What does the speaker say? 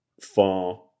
far